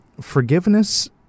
forgiveness